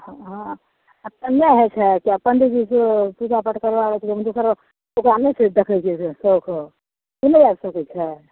हँ आ कहिआ होइ छै पंडी जी से पूजा पाठ करबाबैके छै पूजा नहि किछु देखैत छियै